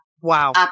Wow